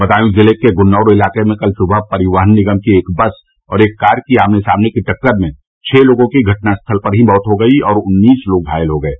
बदायूं जिले के गुन्नौर इलाके में कल सुबह परिवहन निगम की एक बस और एक कार की आमने सामने की टक्कर में छह लोगों की घटनास्थल पर ही मौत हो गई और उन्नीस लोग घायल हो गये